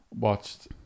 watched